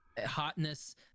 hotness